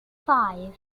five